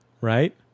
right